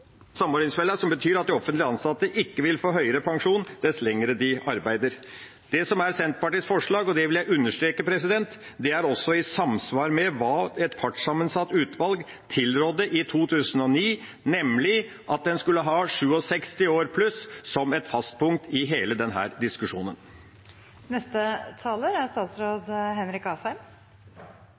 samordningsfella, som betyr at offentlig ansatte ikke vil få høyere pensjon dess lenger de arbeider. Senterpartiets forslag, og det vil jeg understreke, er også i samsvar med hva et partssammensatt utvalg tilrådde i 2009, nemlig at en skulle ha 67 år pluss som et fast punkt i hele